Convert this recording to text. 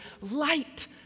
light